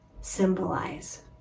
symbolize